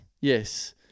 Yes